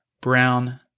brown